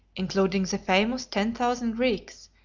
including the famous ten thousand greeks,